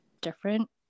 different